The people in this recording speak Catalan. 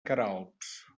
queralbs